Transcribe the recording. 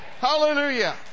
Hallelujah